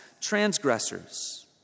transgressors